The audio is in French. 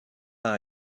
par